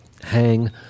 hang